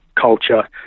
culture